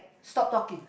stop talking